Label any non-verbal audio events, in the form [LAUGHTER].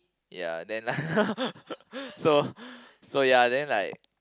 ya then like [LAUGHS] so so ya then like